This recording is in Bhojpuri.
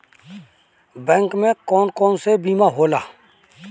बैंक में कौन कौन से बीमा होला?